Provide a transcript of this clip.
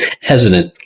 hesitant